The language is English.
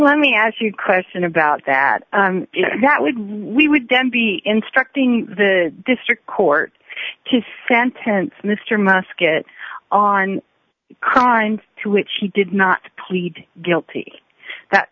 let me ask you a question about that that would we would then be instructing the district court to sentence mr muskett on crimes to which he did not plead guilty